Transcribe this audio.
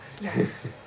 Yes